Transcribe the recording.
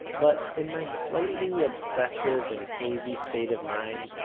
but in my slightly obsessive and hazy state of mind,